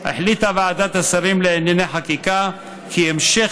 החליטה ועדת השרים לענייני חקיקה כי המשך